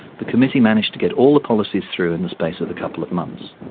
the committee managed to get all the policies through in the space of a couple of months.